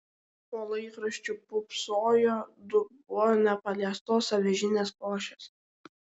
po laikraščiu pūpsojo dubuo nepaliestos avižinės košės